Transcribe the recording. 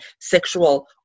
sexual